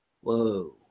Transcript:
whoa